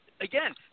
again